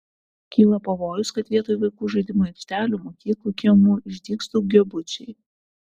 kyla pavojus kad vietoj vaikų žaidimų aikštelių mokyklų kiemų išdygs daugiabučiai